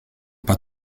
pas